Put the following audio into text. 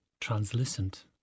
translucent